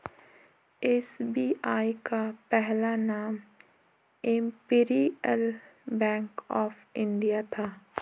SBI का पहला नाम इम्पीरीअल बैंक ऑफ इंडिया था